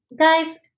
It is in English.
guys